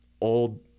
old